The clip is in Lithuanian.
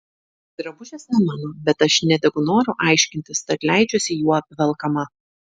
drabužis ne mano bet aš nedegu noru aiškintis tad leidžiuosi juo apvelkama